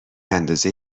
اندازه